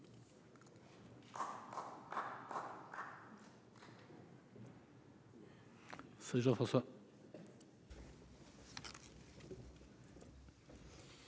Merci,